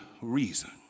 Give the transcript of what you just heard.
reason